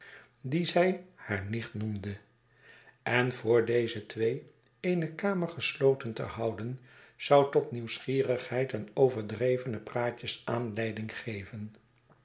dien zij hare nicht noemde en voor deze twee eene kamer gesloten te houden zou tot nieuwsgierigheid en overdrevene praatjes aanleiding geven